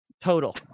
total